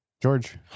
George